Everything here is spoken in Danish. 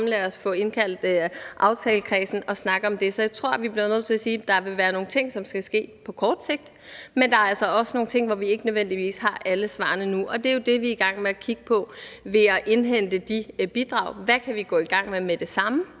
samme, lad os få indkaldt aftalekredsen og snakke om det. Så jeg tror, vi bliver nødt til at sige, at der vil være nogle ting, som skal ske på kort sigt, men der er altså også nogle ting, hvor vi ikke nødvendigvis har alle svarene nu. Det er jo det, vi er i gang med at kigge på ved at indhente de bidrag. Hvad kan vi gå i gang med med det samme?